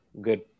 good